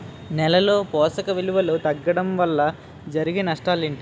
నేలలో పోషక విలువలు తగ్గడం వల్ల జరిగే నష్టాలేంటి?